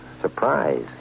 surprise